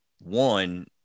One